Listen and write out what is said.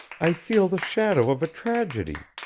i feel the shadow of a tragedy.